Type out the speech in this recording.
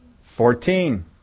Fourteen